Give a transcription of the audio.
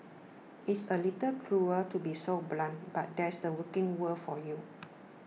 it's a little cruel to be so blunt but that's the working world for you